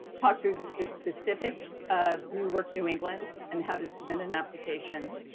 talk through the specifics of new work new england and how to submit an application,